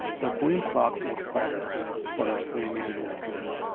the green plugs works better for the three-millimetre drill.